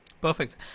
Perfect